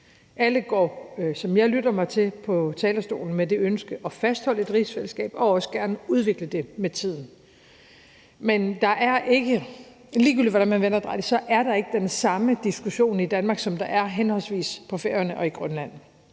Alle går, som jeg lytter mig til, på talerstolen med det ønske at fastholde et rigsfællesskab og også gerne udvikle det med tiden. Men ligegyldigt hvordan man vender og drejer det, er der ikke den samme diskussion i Danmark, som der er henholdsvis på Færøerne og i Grønland,